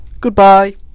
goodbye